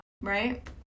Right